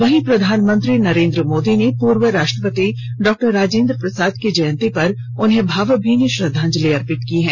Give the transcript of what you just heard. वहीं प्रधानमंत्री नरेंद्र मोदी ने पूर्व राष्ट्रपति डॉक्टर राजेंद्र प्रसाद की जयंती पर उन्हें भावभीनी श्रद्वांजलि दी है